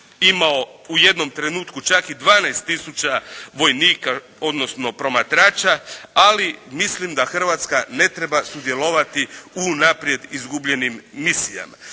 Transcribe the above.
imao u jednom trenutku čak i 12 tisuća vojnika, odnosno promatrača, ali mislim da Hrvatska ne treba sudjelovati u unaprijed izgubljenim misijama.